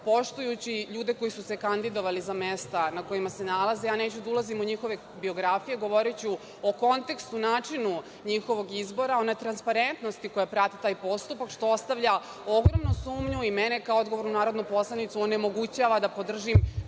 Poštujući ljude koji su se kandidovali za mesta na kojima se nalaze, a ja neću da ulazim u njihove biografije, govoriću o kontekstu, načinu njihovog izbora, netransparentnosti koja prati taj postupak, što ostavlja ogromnu sumnju i mene kao odgovornu narodnu poslanicu onemogućava da podržim